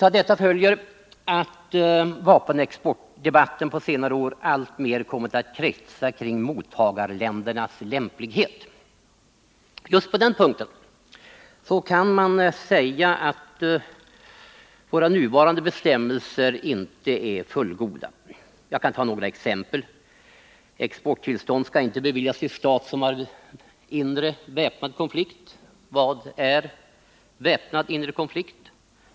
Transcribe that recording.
Av detta följer att vapenexportdebatten på Nr 137 senare år alltmer kommit att kretsa kring mottagarländernas lämplighet. Just Onsdagen den på den punkten kan man säga att våra nuvarande bestämmelser inte är 7 maj 1980 fullgoda. Jag kan ta några exempel. Exporttillstånd beviljas inte till stat, där väpnad inre konflikt pågår. Vad är då väpnad inre konflikt?